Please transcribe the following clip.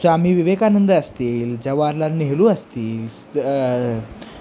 स्वामी विवेकानंद असतील जवाहरलाल नेहरू असतील